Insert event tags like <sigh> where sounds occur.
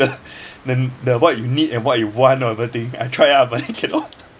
the the what you need and what you want whatever thing I try ah but then cannot <laughs>